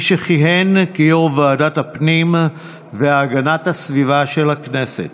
מי שכיהן כיו"ר ועדת הפנים והגנת הסביבה של הכנסת.